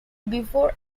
before